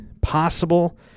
possible